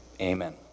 Amen